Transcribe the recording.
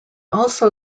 also